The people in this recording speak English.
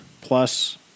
plus